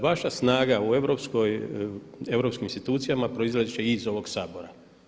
Vaša snaga u europskim institucijama proizaći će iz ovog Sabora.